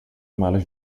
malas